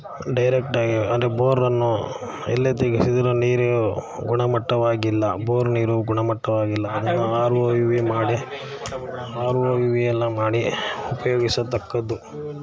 ಡೈರೆಕ್ಟಾಗಿ ಅಂದರೆ ಬೋರನ್ನು ಎಲ್ಲೇ ತೆಗೆಸಿದರೂ ನೀರು ಗುಣಮಟ್ಟವಾಗಿಲ್ಲ ಬೋರ್ ನೀರು ಗುಣಮಟ್ಟವಾಗಿಲ್ಲ ಅದನ್ನು ಆರ್ ಒ ಯು ವಿ ಮಾಡಿ ಆರ್ ಒ ವಿ ವಿಯೆಲ್ಲ ಮಾಡಿ ಉಪಯೋಗಿಸತಕ್ಕದ್ದು